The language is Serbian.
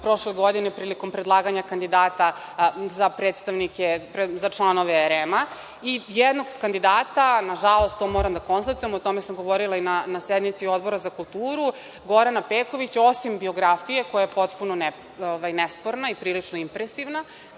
prošle godine prilikom predlaganja kandidata za članove REM-a i jednog kandidata, nažalost, to moram da konstatujem, o tome sam govorila i na sednici Odbora za kulturu, Gorana Pekovića, osim biografije, koja je potpuno nesporna i prilično impresivna,